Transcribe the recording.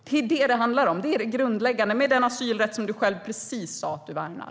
Det är detta det handlar om; det är det grundläggande med den asylrätt som du själv precis sa att du värnar.